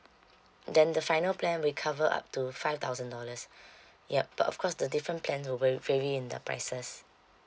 then the final plan we cover up to five thousand dollars yup but of course the different plan will va~ vary in the prices